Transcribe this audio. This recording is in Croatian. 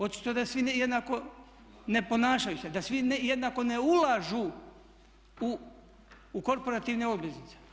Očito da se svi jednako ne ponašaju, da svi jednako ne ulažu u korporativne obveznice.